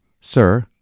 Sir